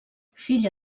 filla